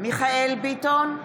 מיכאל מרדכי ביטון,